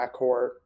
backcourt